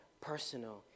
personal